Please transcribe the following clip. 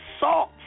Salt